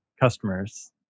customers